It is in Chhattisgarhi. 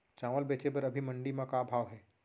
चांवल बेचे बर अभी मंडी म का भाव हे?